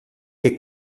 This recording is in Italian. che